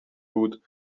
بود